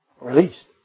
Released